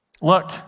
look